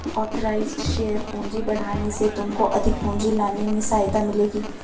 authorised share पूंजी बढ़ाने से तुमको अधिक पूंजी लाने में सहायता मिलेगी